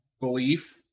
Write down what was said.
belief